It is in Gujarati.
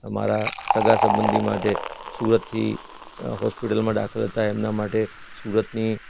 મારા સગાસબંધી માટે સુરતથી હોસ્પિટલમાં દાખલ હતા એમના માટે સુરતની